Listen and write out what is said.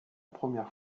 première